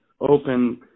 open